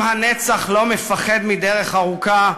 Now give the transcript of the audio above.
עם הנצח לא מפחד מדרך ארוכה,